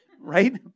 Right